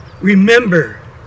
remember